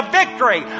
victory